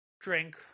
drink